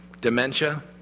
Dementia